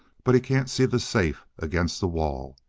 but he can't see the safe against the wall.